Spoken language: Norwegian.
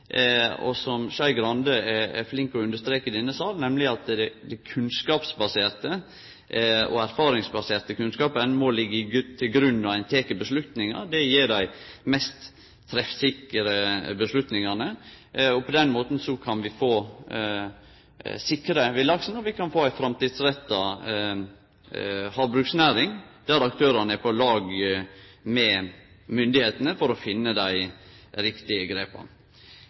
og som Skei Grande er flink til å streke under i denne salen, at den erfaringsbaserte kunnskapen må liggje til grunn når ein tek avgjerder. Det gjev dei mest treffsikre avgjerdene. På den måten kan vi sikre villaksen, og vi kan få ei framtidsretta havbruksnæring der aktørane er på lag med styresmaktene for å finne dei riktige grepa.